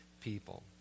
people